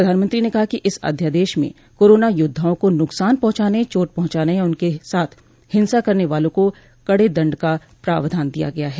प्रधानमंत्री ने कहा कि इस अध्यादेश में कोरोना योद्वाओं को नुकसान पहुंचाने चोट पहुंचाने या उनके साथ हिंसा करने वालों को कड़े दण्ड का प्रावधान किया गया है